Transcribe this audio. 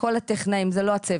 כל הטכנאים, זה לא הצוות.